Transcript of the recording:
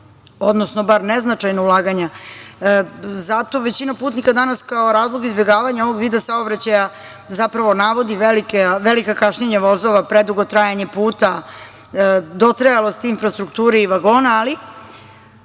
odnosno bar neznačajna ulaganja. Zato većina putnika danas kao razlog izbegavanja ovog vida saobraćaja zapravo navodi velika kašnjenja vozova, predugo trajanje puta, dotrajalost infrastrukture i vagona, ali